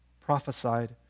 prophesied